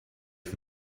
for